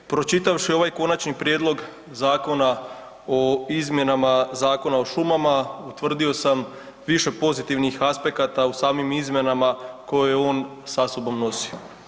Pročitavši ovaj Konačni prijedlog zakona o izmjenama Zakona o šumama utvrdio sam više pozitivnih aspekata u samim izmjenama koje on sa sobom nosi.